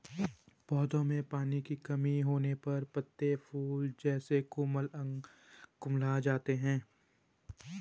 पौधों में पानी की कमी होने पर पत्ते, फूल जैसे कोमल अंग कुम्हला जाते हैं